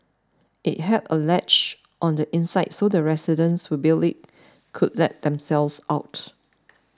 it had a latch on the inside so the residents who built it could let themselves out